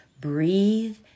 breathe